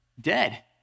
dead